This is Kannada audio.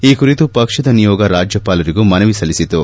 ಈ ಕುರಿತು ಪಕ್ಷದ ನಿಯೋಗ ರಾಜ್ಯಪಾಲರಿಗೂ ಮನವಿ ಸಲ್ಲಿಸಿತು